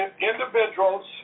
individuals